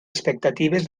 expectatives